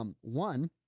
One